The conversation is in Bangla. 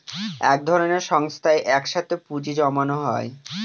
এক ধরনের সংস্থায় এক সাথে পুঁজি জমানো হয়